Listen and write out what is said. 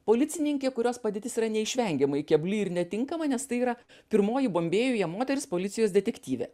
policininkė kurios padėtis yra neišvengiamai kebli ir netinkama nes tai yra pirmoji bombėjuje moteris policijos detektyvė